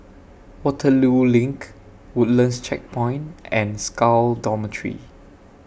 Waterloo LINK Woodlands Checkpoint and Scal Dormitory